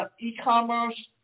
e-commerce